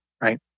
right